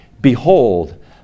Behold